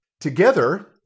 Together